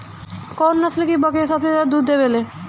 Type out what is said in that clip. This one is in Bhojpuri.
कौन नस्ल की बकरी सबसे ज्यादा दूध देवेले?